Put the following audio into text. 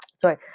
sorry